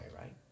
right